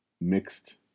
mixed